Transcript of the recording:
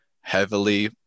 heavily